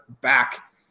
back